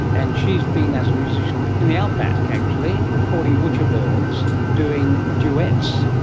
and she has been as a musician in the outback actually recording butcherbirds doing duets,